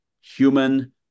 human